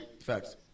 Facts